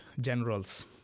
generals